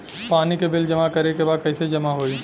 पानी के बिल जमा करे के बा कैसे जमा होई?